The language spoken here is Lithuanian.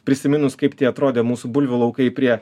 prisiminus kaip tie atrodė mūsų bulvių laukai prie